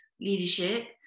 leadership